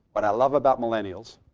what i love about millennials